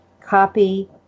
Copy